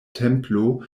templo